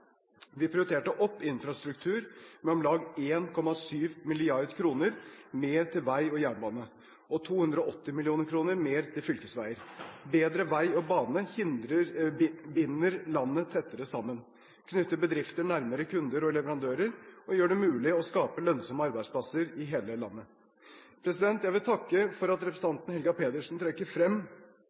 Vi prioriterte opp infrastruktur med omlag 1,7 mrd. kr mer til vei og jernbane og 280 mill. kr mer til fylkesveier. Bedre vei og bane binder landet tettere sammen, knytter bedrifter nærmere kunder og leverandører og gjør det mulig å skape lønnsomme arbeidsplasser i hele landet. Jeg vil takke for at representanten Helga Pedersen trekker frem